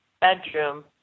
bedroom